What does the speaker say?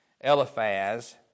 Eliphaz